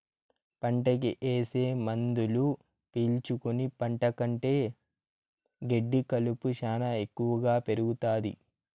పంటకి ఏసే మందులు పీల్చుకుని పంట కంటే గెడ్డి కలుపు శ్యానా ఎక్కువగా పెరుగుతాది